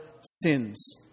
sins